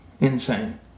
insane